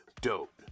dope